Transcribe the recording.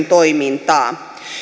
toimintaa